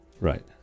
Right